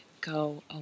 go